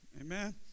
amen